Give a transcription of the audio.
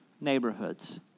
neighborhoods